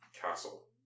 castle